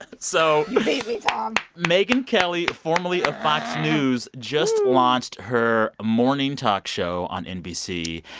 so. you beat me, tom megyn kelly, formerly of fox news, just launched her morning talk show on nbc.